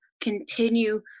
continue